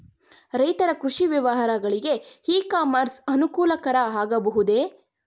ರೈತರ ಕೃಷಿ ವ್ಯವಹಾರಗಳಿಗೆ ಇ ಕಾಮರ್ಸ್ ಅನುಕೂಲಕರ ಆಗಬಹುದೇ?